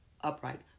upright